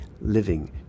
living